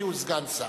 כי הוא סגן שר.